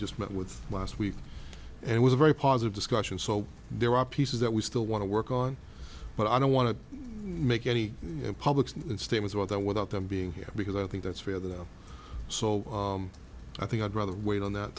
just met with last week and was very positive discussion so there are pieces that we still want to work on but i don't want to make any public statement about that without them being here because i think that's fair though so i think i'd rather wait on that